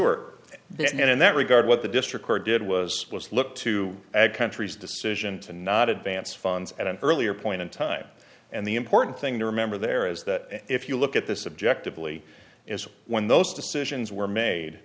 there and in that regard what the district court did was was look to countries decision to not advance funds at an earlier point in time and the important thing to remember there is that if you look at this objectively is when those decisions were made